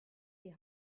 die